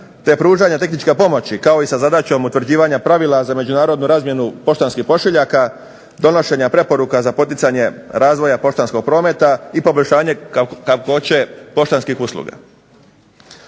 te pružanja tehničke pomoći kao i sa zadaćom utvrđivanja pravila za međunarodnu razmjenu poštanskih pošiljaka, donošenja preporuka za poticanje razvoja poštanskog prometa i poboljšanje kakvoće poštanskih usluga.